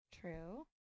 True